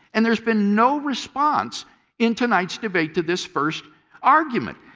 and there has been no response in tonight's debate to this first argument.